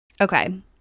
Okay